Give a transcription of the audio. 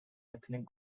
ethnic